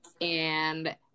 And-